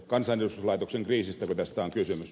kansanedustuslaitoksen kriisistäkö tässä on kysymys